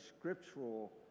scriptural